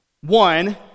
One